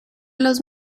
los